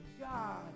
God